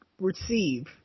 receive